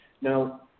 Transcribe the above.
Now